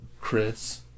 chris